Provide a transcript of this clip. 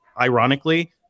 ironically